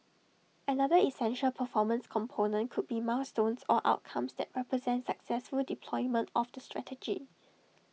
another essential performance component could be milestones or outcomes that represent successful deployment of the strategy